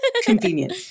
Convenient